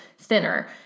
thinner